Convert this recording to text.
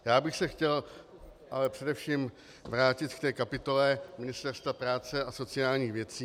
Já bych se chtěl ale především vrátit ke kapitole Ministerstva práce a sociálních věcí.